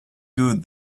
good